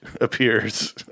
appears